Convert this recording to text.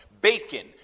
bacon